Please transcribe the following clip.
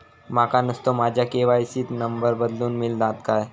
माका नुस्तो माझ्या के.वाय.सी त नंबर बदलून मिलात काय?